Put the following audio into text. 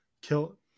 Kill